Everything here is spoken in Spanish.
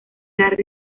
las